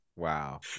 Wow